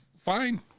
fine